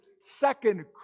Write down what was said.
second